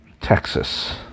Texas